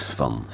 van